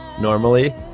normally